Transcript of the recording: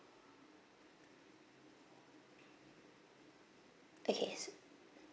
okay